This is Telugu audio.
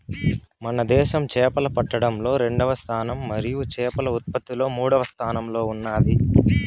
మన దేశం చేపలు పట్టడంలో రెండవ స్థానం మరియు చేపల ఉత్పత్తిలో మూడవ స్థానంలో ఉన్నాది